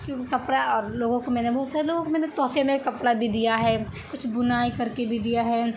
کیونکہ کپڑا اور لوگوں کو میں نے بہت سارے لوگوں کو میں نے تحفے میں کپڑا بھی دیا ہے کچھ بنائی کر کے بھی دیا ہے